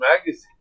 magazine